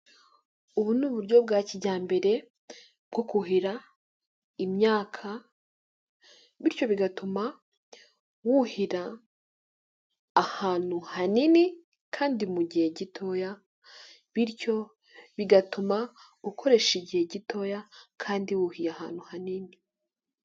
Ubu ni uburyo bwa kijyambere bwo kuhira imyaka bityo bigatuma wuhira ahantu hanini kandi mu gihe gitoya bityo bigatuma ukoresha igihe gitoya kandi wuhiye ahantu hanini.